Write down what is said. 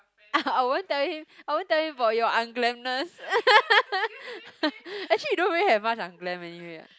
I won't tell him I won't tell him about your unglamness actually you don't really have much unglam anyway ah